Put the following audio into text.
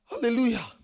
hallelujah